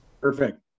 Perfect